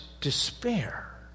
despair